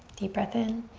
deep breath in.